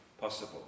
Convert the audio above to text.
possible